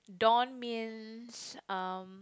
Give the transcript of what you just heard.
Dawn means um